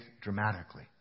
dramatically